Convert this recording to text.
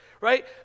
Right